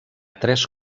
tres